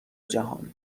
جهان